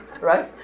Right